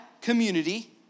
community